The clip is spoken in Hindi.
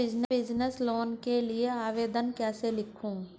मैं बिज़नेस लोन के लिए आवेदन कैसे लिखूँ?